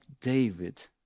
David